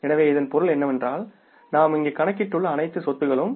எனவே இதன் பொருள் என்னவென்றால் நாம் இங்கு கணக்கிட்டுள்ள அனைத்து சொத்துகளும்